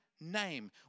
name